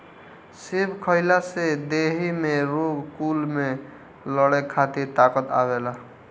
सेब खइला से देहि में रोग कुल से लड़े खातिर ताकत आवेला